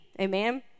Amen